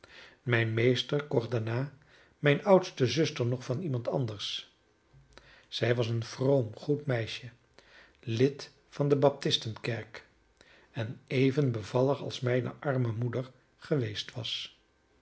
mijn meester kocht daarna mijn oudste zuster nog van iemand anders zij was een vroom goed meisje lid van de baptistenkerk en even bevallig als mijne arme moeder geweest was